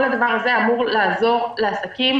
כל הדבר הזה אמור לעזור לעסקים